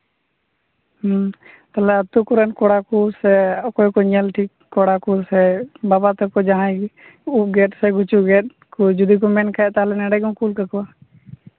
ᱦᱮᱸ ᱛᱟᱦᱞᱮ ᱟᱹᱛᱩ ᱠᱚᱨᱮᱱ ᱠᱚᱲᱟ ᱠᱚ ᱥᱮ ᱚᱠᱚᱭ ᱠᱚ ᱧᱮᱞ ᱴᱷᱤᱠ ᱠᱚᱲᱟ ᱠᱚᱥᱮ ᱵᱟᱵᱟ ᱛᱟᱠᱚ ᱡᱟᱦᱟᱸᱭ ᱜᱮ ᱩᱵ ᱜᱮᱫ ᱥᱮ ᱜᱩᱪᱩ ᱜᱮᱫ ᱠᱚ ᱡᱩᱫᱤ ᱠᱚ ᱢᱮᱱᱠᱷᱟᱱ ᱛᱟᱦᱞᱮ ᱱᱚᱸᱰᱮ ᱜᱮᱢ ᱠᱩᱞ ᱠᱟᱠᱚᱣᱟ